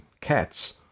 cats